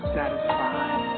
satisfied